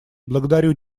благодарю